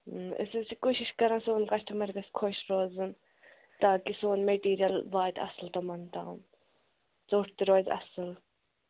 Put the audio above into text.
أسۍ حظ چھِ کوٗشِش کران سون کَسٹٕمَر گژھِ خۄش روزُن تاکہِ سون میٹیٖریَل واتہِ اَصٕل تِمَن تام ژوٚٹ تہِ روزِ اَصٕل